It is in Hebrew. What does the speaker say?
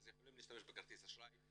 הם יכולים להשתמש בכרטיס האשראי,